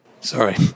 Sorry